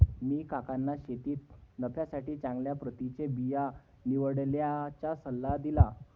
मी काकांना शेतीत नफ्यासाठी चांगल्या प्रतीचे बिया निवडण्याचा सल्ला दिला